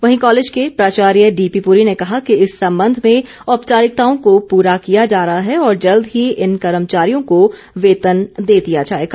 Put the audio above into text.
वहीं कॉलेज के प्राचार्य डीपी पुरी ने कहा कि इस संबंध में औपचारिकताओं को पूरा किया जा रहा है और जल्द ही इन कर्मचारियों को वेतन दे दिया जाएगा